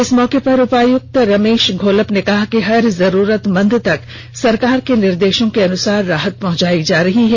इस मौके पर उपायुक्त रमेष घोलप ने कहा कि हर जरूरतमंद तक सरकार के निर्देशों के अनुसार राहत पहंचाई जा रही है